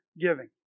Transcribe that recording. giving